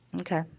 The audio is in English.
Okay